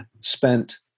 spent